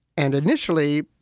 and initially,